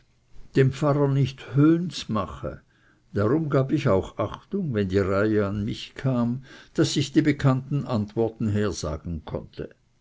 den pfarrer nicht höhne z'machen darum gab ich auch achtung wenn die reihe an mich kam daß ich die bekannten antworten hersagen konnte